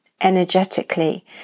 energetically